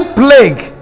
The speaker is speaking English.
plague